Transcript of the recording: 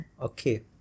okay